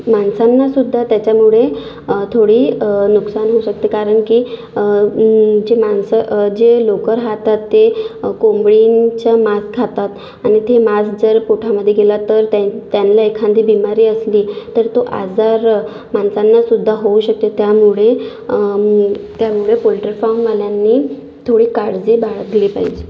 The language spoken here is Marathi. माणसांनासुध्दा त्याच्यामुळे थोडे नुकसान होऊ शकते कारण की जी माणसं जे लोकं राहतात ते कोंबडीचं मांस खातात आणि ते मांस जर पोटामध्ये गेलं तर त्या त्यांना एखादी बिमारी असली तर तो आजार माणसांनासुध्दा होऊ शकते त्यामुळे त्यामुळे पोल्ट्री फॉर्मवाल्यांनी थोडी काळजी बाळगली पाहिजे